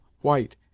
white